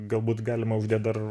galbūt galima uždėt dar